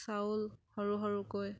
চাউল সৰু সৰুকৈ